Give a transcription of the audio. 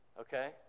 okay